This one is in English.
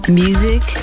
music